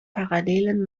parallelen